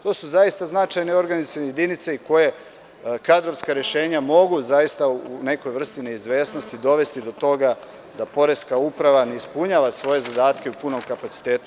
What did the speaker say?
To su zaista značajne organizacione jedinice koje kadrovska rešenja mogu u nekoj vrsti neizvesnosti dovesti do toga da poreska uprava ne ispunjava svoje zadatke u punom kapacitetu.